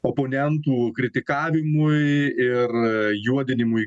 oponentų kritikavimui ir juodinimui